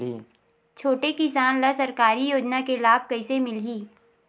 छोटे किसान ला सरकारी योजना के लाभ कइसे मिलही?